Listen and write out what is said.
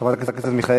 חברת הכנסת מיכאלי,